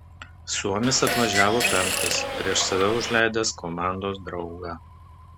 suomis atvažiavo penktas prieš save užleidęs komandos draugą